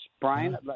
Brian